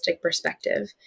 perspective